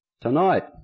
tonight